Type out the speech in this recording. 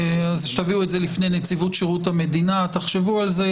תביאו את זה לפני נציבות שירות המדינה ותחשבו על זה.